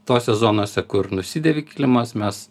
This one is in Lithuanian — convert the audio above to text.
tose zonose kur nusidėvi kilimas mes